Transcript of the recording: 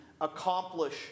Accomplish